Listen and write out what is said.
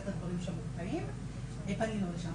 פנינו לשם,